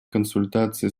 консультации